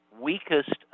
weakest